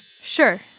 Sure